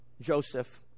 Joseph